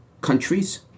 countries